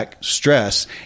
stress